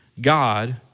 God